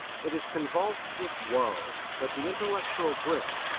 it is convulsed with woe, but the intellectual grip,